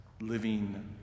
living